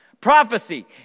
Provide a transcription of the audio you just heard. prophecy